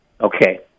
Okay